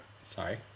sorry